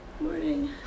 Morning